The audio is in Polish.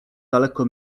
daleko